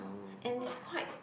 and it's quite